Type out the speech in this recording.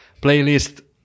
playlist